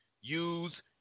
use